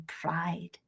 pride